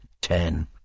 ten